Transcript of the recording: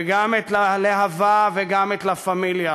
וגם את להב"ה וגם את "לה-פמיליה".